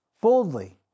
boldly